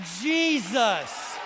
Jesus